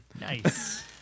Nice